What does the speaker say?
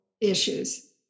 issues